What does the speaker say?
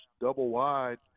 double-wide